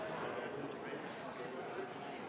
her vil jeg